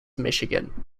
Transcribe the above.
michigan